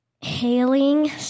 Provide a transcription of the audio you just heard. hailing